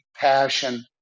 passion